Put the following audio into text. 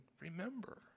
remember